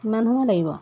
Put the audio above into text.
কিমান সময় লাগিব